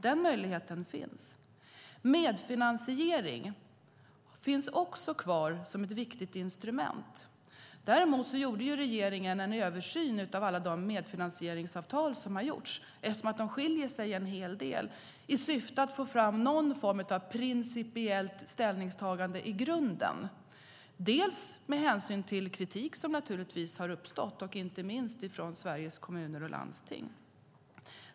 Den möjligheten finns. Medfinansiering finns också kvar som ett viktigt instrument. Däremot gjorde regeringen en översyn av alla de medfinansieringsavtal som har gjorts, eftersom de skiljer sig en hel del, i syfte att få fram någon form av principiellt ställningstagande i grunden. Det gjordes bland annat med hänsyn till kritik som naturligtvis har uppstått, inte minst från Sveriges Kommuner och Landsting.